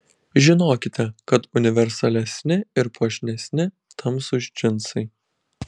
žinokite kad universalesni ir puošnesni tamsūs džinsai